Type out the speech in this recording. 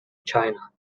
china